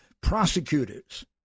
prosecutors